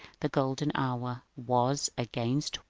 the golden hour, was against